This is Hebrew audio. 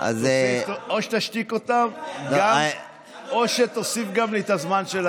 או שתשתיק אותם או שתוסיף גם לי את הזמן של,